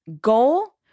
goal